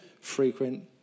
frequent